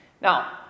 Now